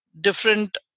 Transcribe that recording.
different